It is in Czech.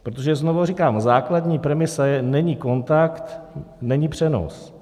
Protože znovu říkám, základní premisa je: Není kontakt, není přenos.